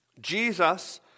Jesus